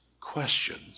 questions